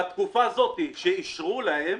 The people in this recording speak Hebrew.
בתקופה שאישרו להם